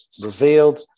revealed